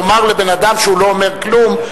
לומר לבן-אדם שהוא לא אומר כלום,